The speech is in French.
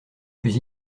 plus